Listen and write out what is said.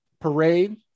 parade